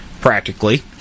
practically